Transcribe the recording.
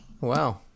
wow